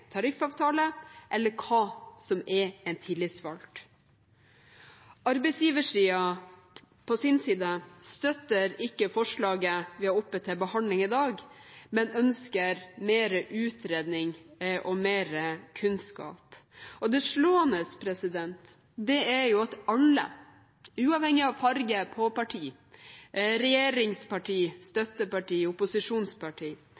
tariffavtale, eller hva som er en tillitsvalgt. Arbeidsgiversiden på sin side støtter ikke forslaget vi har oppe til behandling i dag, men ønsker mer utredning og mer kunnskap. Det slående er at alle, uavhengig av farge på parti – regjeringsparti,